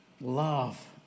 love